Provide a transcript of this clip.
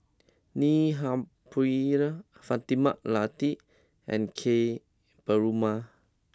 Neil Humphreys Fatimah Lateef and Ka Perumal